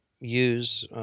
use